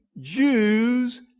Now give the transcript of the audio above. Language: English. Jews